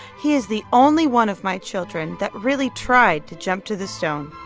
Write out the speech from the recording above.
he is the only one of my children that really tried to jump to the stone